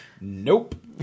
Nope